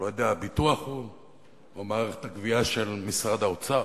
הוא לא יודע הביטוח הוא או מערכת הגבייה של משרד האוצר.